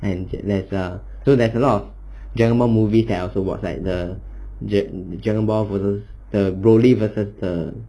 and that's a so that's a lot of dragon ball movies that I also watch like the dra~ dragon ball versus the brolly versus the